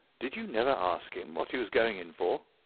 did you never ask him what he was going in for?